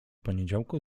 poniedziałku